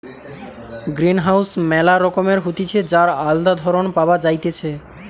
greenhouse ম্যালা রকমের হতিছে যার আলদা ধরণ পাওয়া যাইতেছে